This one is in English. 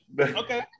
Okay